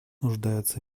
нуждается